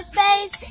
face